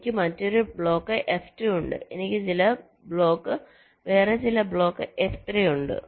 എനിക്ക് മറ്റൊരു block F2 ഉണ്ട് എനിക്ക് വേറെ ചില ബ്ലോക്ക് F3 ഉണ്ട്